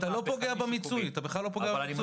אתה בכלל לא פוגע במיצוי.